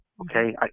Okay